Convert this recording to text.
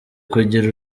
kugira